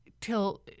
till